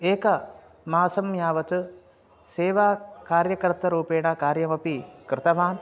एकमासं यावत् सेवा कार्यकर्तारूपेण कार्यमपि कृतवान्